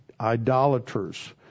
idolaters